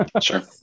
Sure